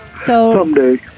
someday